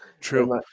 True